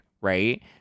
right